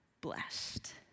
blessed